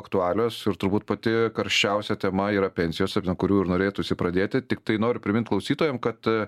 aktualios ir turbūt pati karščiausia tema yra pensijos kurių ir norėtųsi pradėti tiktai noriu primint klausytojam kad